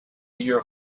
your